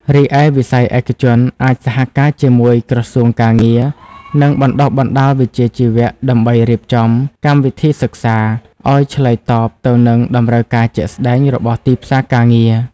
រីឯវិស័យឯកជនអាចសហការជាមួយក្រសួងការងារ និងបណ្ដុះបណ្ដាលវិជ្ជាជីវៈដើម្បីរៀបចំ កម្មវិធីសិក្សា ឱ្យឆ្លើយតបទៅនឹងតម្រូវការជាក់ស្តែងរបស់ទីផ្សារការងារ។